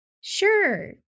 Sure